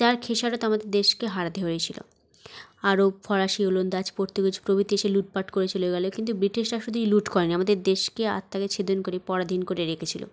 যার খেসারত আমাদের দেশকে হারাতে হয়েছিলো আরব ফরাসি ওলন্দাজ পোর্তুগিজ প্রভৃতি এসে লুঠপাট করে চলে গেলো কিন্তু ব্রিটিশরা শুধুই লুঠ করে নি আমাদের দেশকে আত্মাকে ছেদন করে পরাধীন করে রেখেছিলো